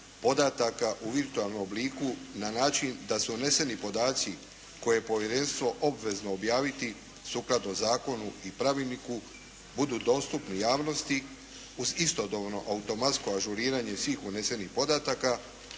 u virtualnom obliku na način da su uneseni podaci koje je povjerenstvo obvezno objaviti sukladno zakonu i pravilniku budu dostupni javnosti uz istodobno automatsko ažuriranje svih unesenih podataka